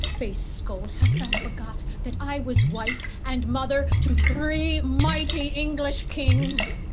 base scold, hast thou forgot that i was wife, and mother to three mighty english kings?